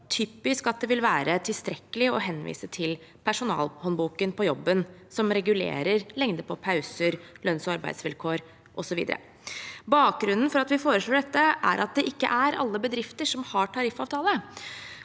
typisk at det vil være tilstrekkelig å henvise til personalhåndboken på jobben som regulerer lengde på pauser, lønnsog arbeidsvilkår, osv. Bakgrunnen for at vi foreslår dette, er at det ikke er alle bedrifter som har tariffavtale,